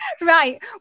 Right